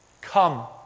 Come